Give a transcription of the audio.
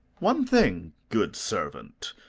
one thing, good servant,